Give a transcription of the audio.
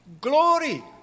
Glory